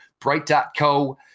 BrightCo